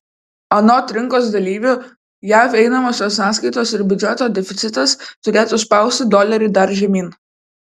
anot rinkos dalyvių jav einamosios sąskaitos ir biudžeto deficitas turėtų spausti dolerį dar žemyn